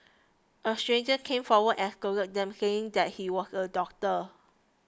a stranger came forward and scolded them saying that he was a doctor